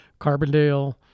Carbondale